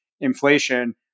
inflation